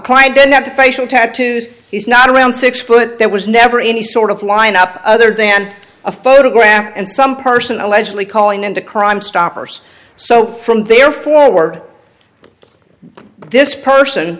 client didn't have to facial tattoos he's not around six foot that was never any sort of line up other than a photograph and some person allegedly calling into crimestoppers so from there forward this person